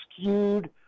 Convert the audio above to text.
skewed